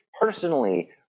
personally